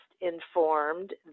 informed